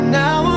now